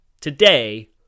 today